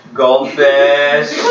goldfish